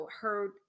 heard